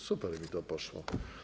Super mi to poszło.